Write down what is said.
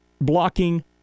blocking